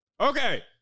Okay